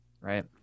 Right